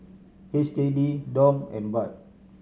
H K D Dong and Baht